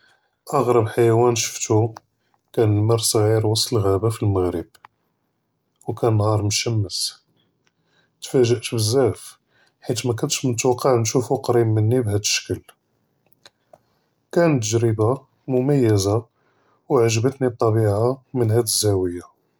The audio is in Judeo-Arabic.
אַגְרַב חַיְוַאן שְׁפְּתוּ כָּאן נָמֶר Ṣְעִיר פִּגַ'אבַּة אֶלְמַغְרֶב, וְכָּאן נְהַאר מְשַׁמֶּס תּפַאגְּ'את בְּזַאף חִית מַאקַנְתֵש מִתְוַקַע נְשּׁוּפוּ קְרִיב מִנִּי בְּهָדָא אֶשְׁכּוּל, כָּאנְת תַּגְרִיבָה מְמַיֶּזָה וְעַגְ'בְתְנִי טְבִיעָה מִן הַד זַאוִיַה.